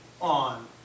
on